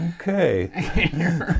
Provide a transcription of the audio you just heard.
okay